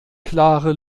klare